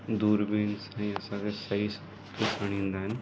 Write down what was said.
दूरबीनी सां ई असांखे सही सां ॾिसणु ईंदा आहिनि